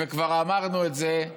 וכבר אמרנו את זה,